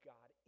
God